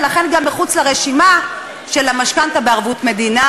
ולכן גם מחוץ לרשימה של המשכנתה בערבות מדינה,